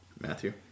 Matthew